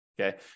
Okay